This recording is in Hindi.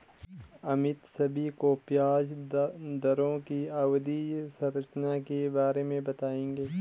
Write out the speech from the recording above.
अमित सभी को ब्याज दरों की अवधि संरचना के बारे में बताएंगे